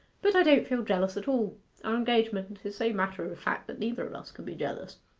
but i don't feel jealous at all our engagement is so matter-of-fact that neither of us can be jealous.